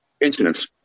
incidents